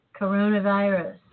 coronavirus